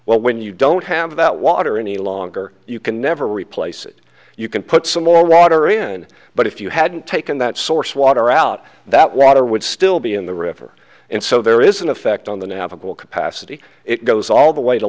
well when you don't have that water any longer you can never replace it you can put some more water in but if you hadn't taken that source water out that water would still be in the river and so there is an effect on the navigable capacity it goes all the way to